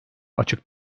açık